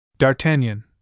D'Artagnan